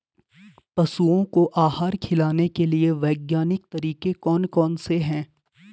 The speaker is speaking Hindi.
पशुओं को आहार खिलाने के लिए वैज्ञानिक तरीके कौन कौन से हैं?